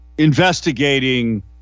investigating